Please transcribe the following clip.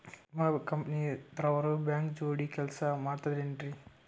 ವಿಮಾ ಕಂಪನಿ ದವ್ರು ಬ್ಯಾಂಕ ಜೋಡಿ ಕೆಲ್ಸ ಮಾಡತಾರೆನ್ರಿ?